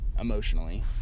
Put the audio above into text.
emotionally